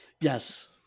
Yes